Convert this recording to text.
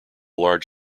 large